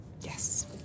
Yes